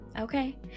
Okay